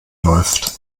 läuft